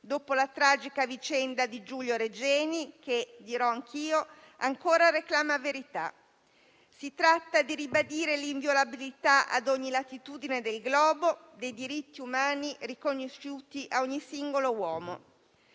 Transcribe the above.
dopo la tragica vicenda di Giulio Regeni, che - lo dirò anch'io - ancora reclama verità. Si tratta di ribadire l'inviolabilità, ad ogni latitudine del globo, dei diritti umani riconosciuti a ogni singolo uomo.